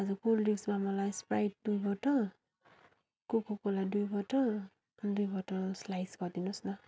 हजुर कोल्ड ड्रिङ्क्समा मलाई स्प्राइट दुई बटल कोकोकोला दुई बटल अनि दुई बटल स्लाइस गरिदिनुहोस् न